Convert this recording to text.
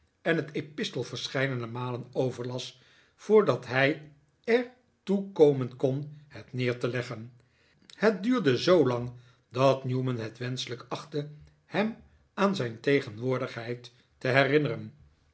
en het epistel verscheidene malen overlas voordat hij er toe komen kon het neer te leggen het duurde zoolang dat newman het wenschelijk achtte hem aan zijn tegenwoordigheid te herinneren